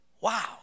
wow